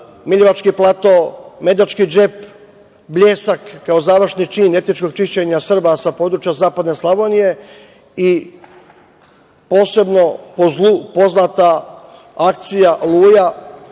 „Miljevački plato“, „Medački džep“, „Bljesak“ i kao završni čin etničkog čišćenja Srba sa područja zapadne Slavonije i posebno po zlu poznata akcija „Oluja“